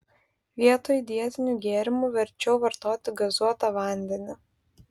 vietoj dietinių gėrimų verčiau vartoti gazuotą vandenį